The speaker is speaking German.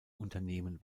unternehmen